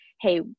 Hey